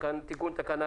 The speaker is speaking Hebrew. אבל לגבי החוברת,